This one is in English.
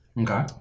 Okay